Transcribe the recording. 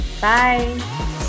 Bye